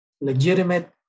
legitimate